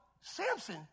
Samson